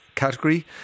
Category